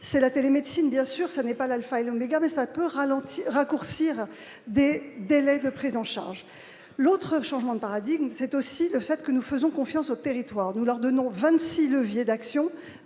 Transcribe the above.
c'est la télémédecine, bien sûr, ce n'est pas l'Alpha et l'oméga mais ça peut ralentir raccourcir Des délais de prise en charge, l'autre changement de paradigme, c'est aussi le fait que nous faisons confiance aux territoires, nous leur donnons 26 leviers d'action